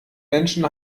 menschen